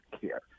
care